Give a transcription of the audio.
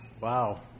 Wow